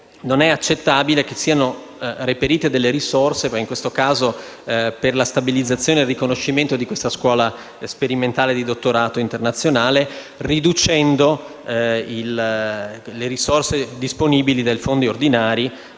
non è accettabile che siano reperite risorse, in questo caso per la stabilizzazione e il riconoscimento di una scuola sperimentale di dottorato internazionale, riducendo le risorse disponibili dai fondi ordinari,